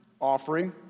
offering